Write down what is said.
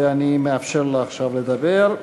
ואני מאפשר לה לדבר עכשיו.